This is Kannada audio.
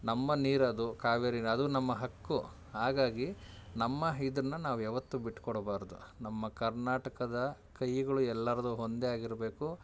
ನಮ್ಮ ನೀರದು ಕಾವೇರಿ ನ ಅದು ನಮ್ಮ ಹಕ್ಕು ಹಾಗಾಗಿ ನಮ್ಮ ಇದನ್ನ ನಾವು ಯಾವತ್ತೂ ಬಿಟ್ಕೊಡ್ಬಾರ್ದು ನಮ್ಮ ಕರ್ನಾಟಕದ ಕೈಗಳು ಎಲ್ರದ್ದೂ ಒಂದೇ ಆಗಿರ್ಬೇಕು